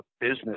business